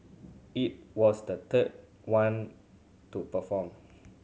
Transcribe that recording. it was the third one to perform